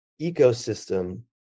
ecosystem